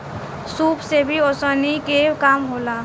सूप से भी ओसौनी के काम होला